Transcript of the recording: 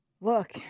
Look